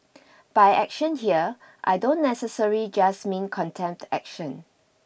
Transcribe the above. by action here I don't necessarily just mean contempt action